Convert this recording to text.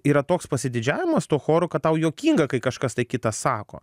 yra toks pasididžiavimas tuo choru kad tau juokinga kai kažkas tai kitas sako